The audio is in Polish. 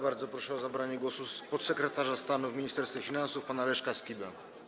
Bardzo proszę o zabranie głosu podsekretarza stanu w Ministerstwie Finansów pana Leszka Skibę.